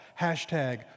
Hashtag